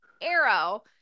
arrow